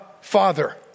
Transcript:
father